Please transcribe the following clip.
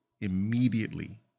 immediately